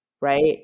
right